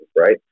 right